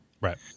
Right